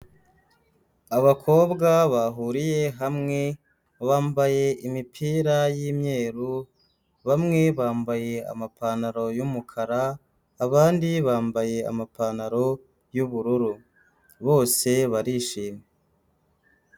Abakobwa bahuriye hamwe, bambaye imipira y'imyeru, bamwe bambaye amapantaro y'umukara abandi bambaye amapantaro y'ubururu. Bose barishimye.